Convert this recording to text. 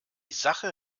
sache